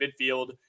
midfield